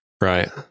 right